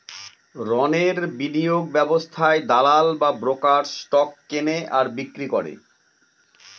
রণের বিনিয়োগ ব্যবস্থায় দালাল বা ব্রোকার স্টক কেনে আর বিক্রি করে